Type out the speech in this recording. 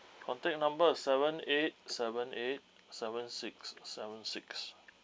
contact number is seven eight seven eight seven six seven six